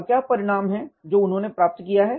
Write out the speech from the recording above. और क्या परिणाम है जो उन्होंने प्राप्त किया है